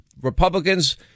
Republicans